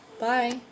Bye